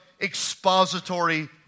expository